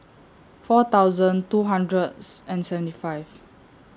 four thousand two hundred and seventy five